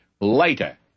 later